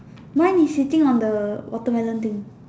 mine is sitting on the watermelon thing